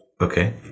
Okay